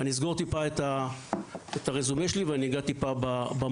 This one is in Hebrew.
אני אסגור טיפה את הרזומה שלי ואני אגע טיפה במהות.